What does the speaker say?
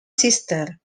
sister